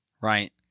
right